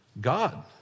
God